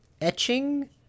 etching